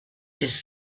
his